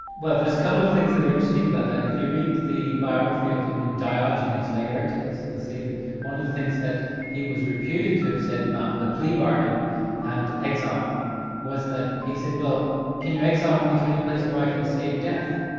well there's a couple of things that are interesting about that. if you read the biography of him in diogenes laertius, you see that one of the things that he was reputed to have said about the plea bargain and exile was that he said, well can you exile me to any place where i can escape death?